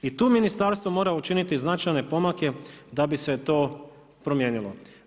I tu ministarstvo mora učiniti značajne pomake da bi se to promijenilo.